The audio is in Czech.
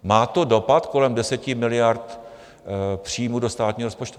Má to dopad kolem 10 miliard příjmů do státního rozpočtu?